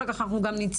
אחר כך אנחנו גם נצלול,